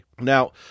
Now